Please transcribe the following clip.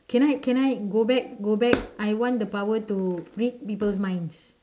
can I can I go back go back I want the power to read people's minds